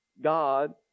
God